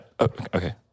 okay